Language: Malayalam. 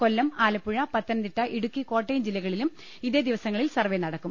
കൊല്ലം ആലപ്പുഴ പത്ത നംതിട്ട ഇടുക്കി കോട്ടയം ജില്ലകളിലും ഇതേ ദിവസങ്ങളിൽ സർവേ നടക്കും